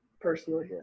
personally